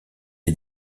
est